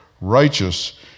righteous